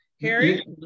Harry